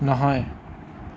নহয়